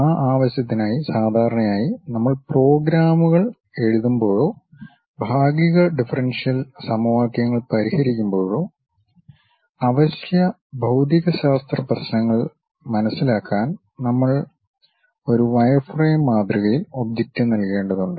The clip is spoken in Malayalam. ആ ആവശ്യത്തിനായി സാധാരണയായി നമ്മൾ പ്രോഗ്രാമുകൾ എഴുതുമ്പോഴോ ഭാഗിക ഡിഫറൻഷ്യൽ സമവാക്യങ്ങൾ പരിഹരിക്കുമ്പോഴോ അവശ്യ ഭൌതികശാസ്ത്ര പ്രശ്നങ്ങൾ മനസിലാക്കാൻ നമ്മൾ ഒരു വയർഫ്രെയിം മാതൃകയിൽ ഒബ്ജക്റ്റ് നൽകേണ്ടതുണ്ട്